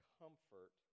comfort